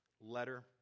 letter